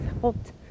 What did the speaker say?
helped